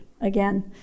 again